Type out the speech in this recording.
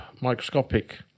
microscopic